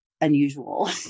unusual